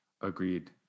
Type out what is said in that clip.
agreed